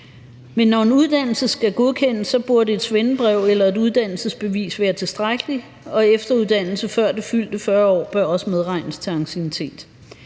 Men når en uddannelse skal godkendes, burde et svendebrev eller et uddannelsesbevis være tilstrækkeligt, og efteruddannelse før det fyldte 40 år bør også medregnes som anciennitet.